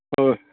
ꯍꯣꯏ